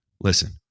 listen